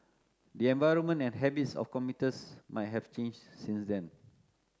the environment and habits of commuters might have changed since then